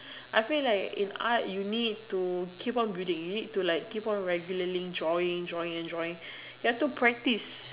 I feel like in art you need to keep on building you need to like keep on regularly drawing drawing and drawing you have to practise